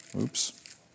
oops